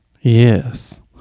Yes